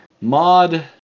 mod